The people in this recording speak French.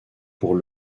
pour